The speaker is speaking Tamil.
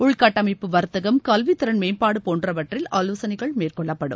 உள்கட்டமைப்பு வர்ததகம் கல்வி திறன்மேம்பாடு போன்றவற்றில் ஆலோசனைகள் மேற்கொள்ளப்படும்